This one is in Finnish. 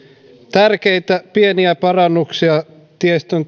tärkeitä pieniä parannuksia tiestön